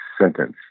sentence